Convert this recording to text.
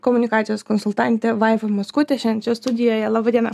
komunikacijos konsultante vaiva mockute šiandien čia studijoje laba diena